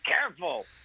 careful